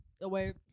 away